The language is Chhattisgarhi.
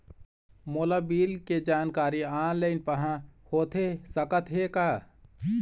मोला बिल के जानकारी ऑनलाइन पाहां होथे सकत हे का?